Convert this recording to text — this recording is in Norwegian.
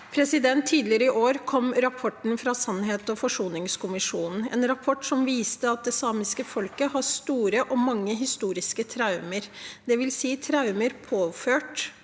Tidligere i år kom rapporten fra sannhets- og forsoningskommisjonen, en rapport som viste at det samiske folket har store og mange historiske traumer, dvs. traumer påført